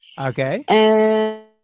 Okay